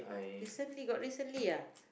recently got recently ah